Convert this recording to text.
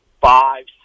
five